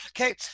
Okay